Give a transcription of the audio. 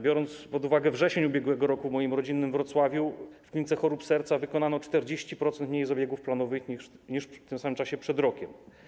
Biorąc pod uwagę wrzesień ub.r., w moim rodzinnym Wrocławiu w klinice chorób serca wykonano 40% mniej zabiegów planowych niż w tym samym czasie przed rokiem.